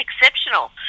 exceptional